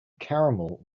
caramel